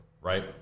Right